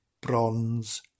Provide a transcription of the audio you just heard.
bronze